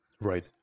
right